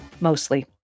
Mostly